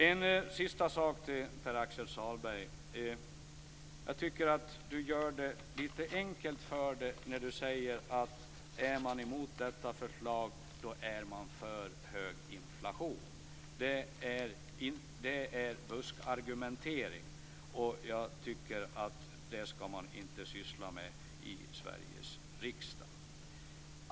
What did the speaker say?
En sista sak till Pär Axel Sahlberg: Jag tycker att han gör det litet enkelt för sig när han säger att är man mot förslaget är man för hög inflation. Det är buskargumentering. Jag tycker att man inte skall syssla med sådant i Sveriges riksdag.